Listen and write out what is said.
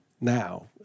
now